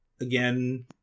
again